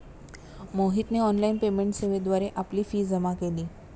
मोहितने online payment सेवेद्वारे आपली फी जमा केली